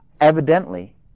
Evidently